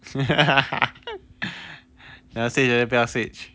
你要 switch 还是不要 switch